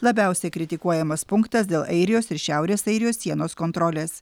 labiausiai kritikuojamas punktas dėl airijos ir šiaurės airijos sienos kontrolės